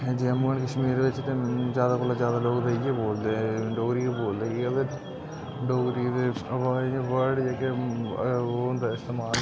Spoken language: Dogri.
जम्मू एन्ड कश्मीर बिच्च ते ज्यादा कोला ज्यादा लोग इयै गै बोलदे डोगरी गै बोलदे दे कि के डोगरी दे आवा वर्ड जेह्के ओह् स्माल होंदे मतलब